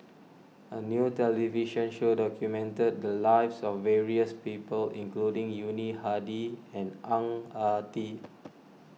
a new television show documented the lives of various people including Yuni Hadi and Ang Ah Tee